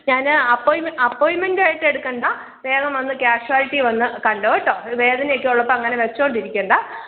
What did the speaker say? ഞാൻ അപ്പോയിമെ അപ്പോയിൻറ്മെൻറ് ആയിട്ട് എടുക്കണ്ട വേഗം വന്ന് കാഷ്വാല്റ്റിയിൽ വന്ന് കണ്ടോ കേട്ടോ വേദനയൊക്കെ ഉള്ളപ്പം അങ്ങനെ വെച്ചുകൊണ്ടിരിക്കണ്ട